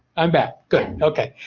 i'm back good, okay.